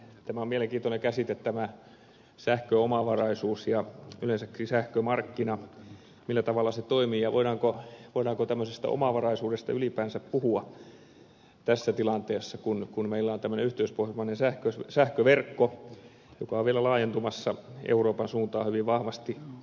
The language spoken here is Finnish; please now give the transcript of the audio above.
tämä sähköomavaraisuus on mielenkiintoinen käsite ja yleensäkin sähkömarkkina millä tavalla se toimii ja voidaanko tämmöisestä omavaraisuudesta ylipäänsä puhua tässä tilanteessa kun meillä on tämmöinen yhteispohjoismainen sähköverkko joka on vielä laajentumassa euroopan suuntaan hyvin vahvasti